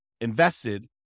invested